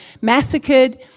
massacred